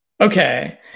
Okay